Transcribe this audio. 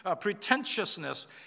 pretentiousness